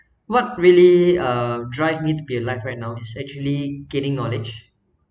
what really uh drive me to be alive right now is actually gaining knowledge